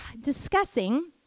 discussing